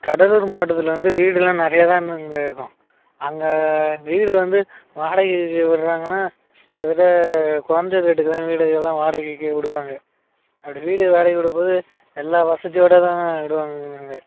கடலூர் மாவட்டத்தில் வந்து வீடெல்லாம் நிறையா தானுங்க இருக்கும் அங்கே வீடு வந்து வாடகைக்கு விட்றாங்கன்னா கிட்டதட்ட குறைஞ்ச ரேட்டுக்குதான் வீடுகளெல்லாம் வாடகைக்கு விடுவாங்க அப்படி வீடு வாடகைக்கு விடும்போது எல்லா வசதியோடு தான் விடுவாங்க அங்கே